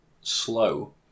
slow